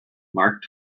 mark